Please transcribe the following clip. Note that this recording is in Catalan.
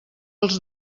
els